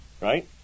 right